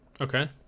okay